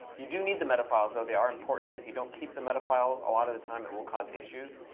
you do need the metafiles, though. they are important. if you don't keep the metafiles, a lot of the time, it will cause issues.